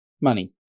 money